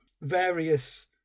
various